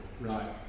Right